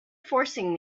forcing